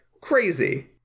crazy